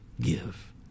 give